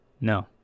No